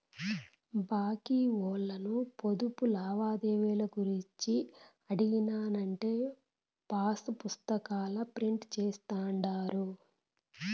బాంకీ ఓల్లను పొదుపు లావాదేవీలు గూర్చి అడిగినానంటే పాసుపుస్తాకాల ప్రింట్ జేస్తుండారు